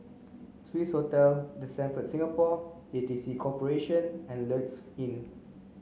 Swissotel The Stamford Singapore J T C Corporation and Lloyds Inn